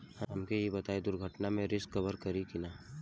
हमके ई बताईं दुर्घटना में रिस्क कभर करी कि ना?